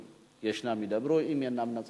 אם ישנם, ידברו, אם אינם, נצביע.